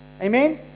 Amen